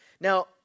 Now